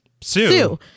Sue